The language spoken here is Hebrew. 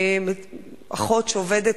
אחות שעובדת